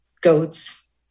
goats